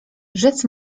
rzec